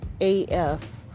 af